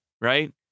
Right